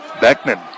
Beckman